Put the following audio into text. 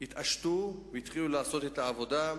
התעשתו והתחילו לעשות את העבודה.